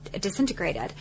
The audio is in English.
disintegrated